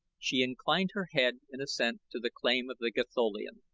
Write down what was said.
she inclined her head in assent to the claim of the gatholian.